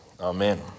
amen